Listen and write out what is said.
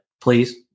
please